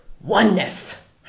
oneness